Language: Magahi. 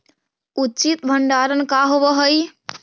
उचित भंडारण का होव हइ?